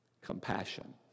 compassion